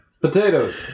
potatoes